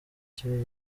kibazo